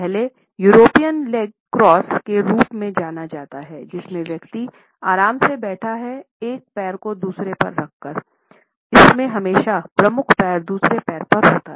पहले यूरोपीय leg cross के रूप में जाना जाता है जिसमें व्यक्ति आराम से बैठा है एक पैर को दूसरे पर रख कर इसमे हमेशा प्रमुख पैर दूसरे पैर पर होता है